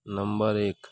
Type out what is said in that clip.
number ایک